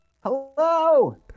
Hello